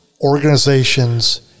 organizations